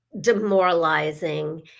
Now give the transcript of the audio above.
demoralizing